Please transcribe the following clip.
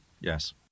Yes